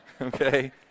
okay